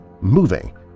moving